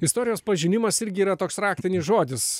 istorijos pažinimas irgi yra toks raktinis žodis